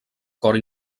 cort